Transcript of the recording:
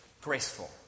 graceful